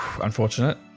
Unfortunate